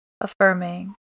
affirming